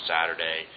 Saturday